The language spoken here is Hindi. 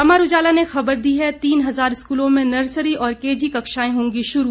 अमर उजाला ने खबर दी है तीन हजार स्कूलों में नर्सरी और केजी कक्षाएं होंगी शुरू